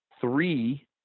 three